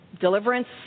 deliverance